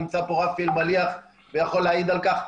נמצא פה רמי אלמליח ויכול להעיד על כך.